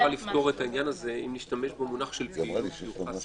העניין הזה אם נשתמש במונח של פעילות המיוחס